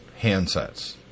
handsets